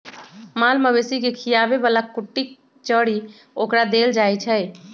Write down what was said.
माल मवेशी के खीयाबे बला कुट्टी चरी ओकरा देल जाइ छै